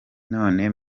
none